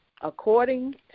according